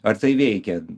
ar tai veikia